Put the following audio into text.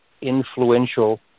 influential